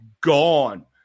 gone